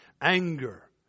Anger